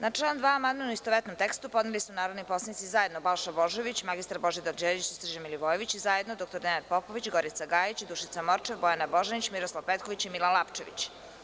Na član 2. amandman u istovetnom tekstu podneli su narodni poslanici zajedno Balša Božović, mr Božidar Đelić i Srđan Milivojević i zajedno dr Nenad Popović, Gorica Gajić, Dušica Morčev, Bojana Božanić, Miroslav Petković i Milan Lapčević.